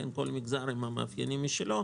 כל מגזר עם המאפיינים שלו,